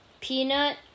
Peanut